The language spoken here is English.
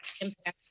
impact